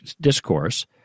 Discourse